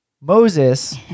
Moses